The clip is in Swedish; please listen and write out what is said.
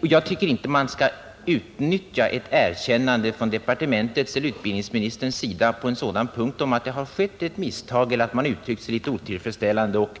Jag tycker inte att vi skall utnyttja ett erkännande från departementets eller utbildningsministerns sida på en sådan punkt — att det har skett ett misstag eller att man har uttryckt sig otillfredsställande — och